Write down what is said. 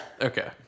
Okay